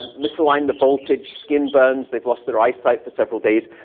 misaligned the voltage, skin burns, they've lost their eyesight for several days.